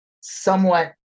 somewhat